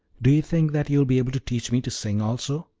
do you think that you will be able to teach me to sing also?